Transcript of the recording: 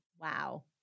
Wow